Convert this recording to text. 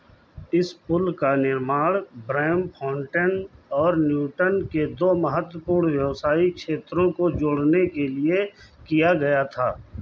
इस पुल का निर्माण ब्रैमफोंटेन और न्यूटन के दो महत्वपूर्ण व्यावसायिक क्षेत्रों को जोड़ने के लिए किया गया था